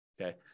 Okay